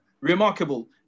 remarkable